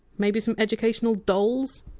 maybe some educational dolls?